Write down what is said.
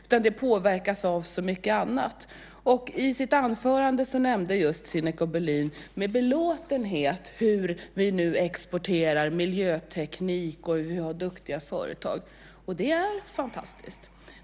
Miljön påverkas av så mycket annat. I sitt anförande nämnde Sinikka Bohlin med belåtenhet hur vi nu exporterar miljöteknik och har duktiga företag. Det är fantastiskt.